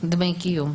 דמי קיום.